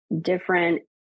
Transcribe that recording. different